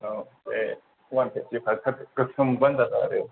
औ बे अवान फिफटि पालसार गोसोम मोनब्लानो जागोन आरो